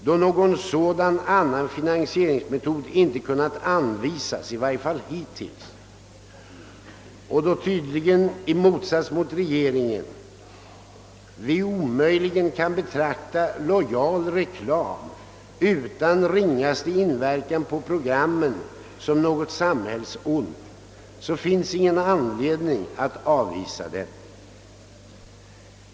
Då någon sådan finansieringsmetod i varje fall hittills inte kunnat anvisas och då vi — tydligen i motsats till regeringen — omöjligen kan betrakta en lojal reklam utan ringaste inverkan på programmen som något samhällsont, anser vi inte att det finns någon anledning att avvisa tanken på reklam.